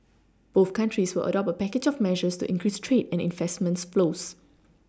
both countries will adopt a package of measures to increase trade and investment flows